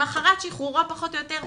למחרת שחרורו פחות או יותר,